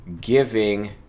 giving